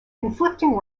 conflicting